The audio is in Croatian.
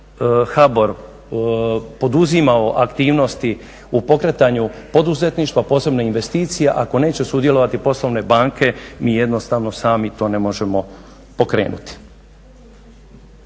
HBOR poduzimao aktivnosti u pokretanju poduzetništva posebno investicija ako neće sudjelovati poslovne banke mi jednostavno sami to ne možemo pokrenuti.